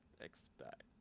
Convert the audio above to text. expect